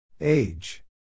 Age